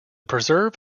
preserve